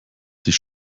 sich